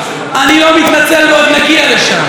אני לא מתנצל ועוד נגיע לשם,